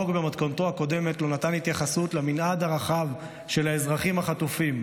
החוק במתכונתו הקודמת לא נתן התייחסות למנעד הרחב של האזרחים החטופים,